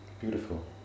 beautiful